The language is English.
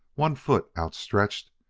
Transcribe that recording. one foot outstretched,